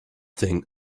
thing